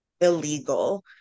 illegal